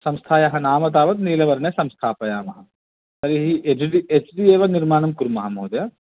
संस्थायाः नाम तावत् नीलवर्णे संस्थापयामः तर्हि एज्डि एच्डि एव निर्माणं कुर्मः महोदय